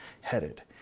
headed